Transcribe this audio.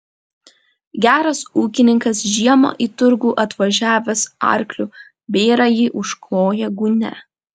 geras ūkininkas žiemą į turgų atvažiavęs arkliu bėrąjį užkloja gūnia